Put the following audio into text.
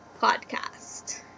podcast